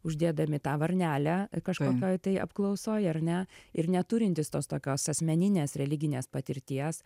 uždėdami tą varnelę kažkokioj tai apklausoj ar ne ir neturintys tos tokios asmeninės religinės patirties